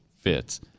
fits